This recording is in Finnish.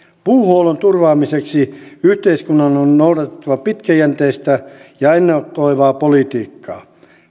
puuhuollon turvaamiseksi yhteiskunnan on noudatettava pitkäjänteistä ja ennakoivaa politiikkaa